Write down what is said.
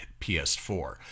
PS4